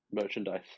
merchandise